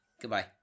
Goodbye